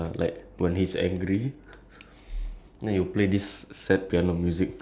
then I turn on this I search on YouTube then I turn on this sad piano music